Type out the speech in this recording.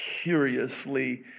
curiously